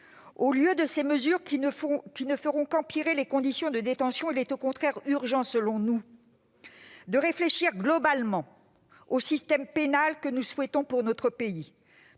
de prendre des mesures qui ne feront qu'aggraver les conditions de détention, il est au contraire urgent, selon nous, de réfléchir globalement au système pénal que nous souhaitons pour notre pays.